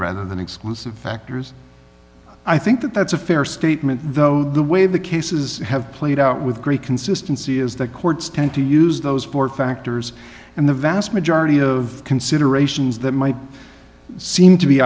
rather than exclusive factors i think that that's a fair statement though the way the cases have played out with great consistency is that courts tend to use those four factors and the vast majority of considerations that might seem to be